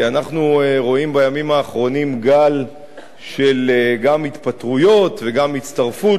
כי אנחנו רואים בימים האחרונים גל של התפטרויות וגם הצטרפות